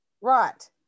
Right